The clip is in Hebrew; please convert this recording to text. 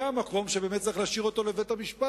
זה המקום שבאמת צריך להשאיר אותו לבית-המשפט.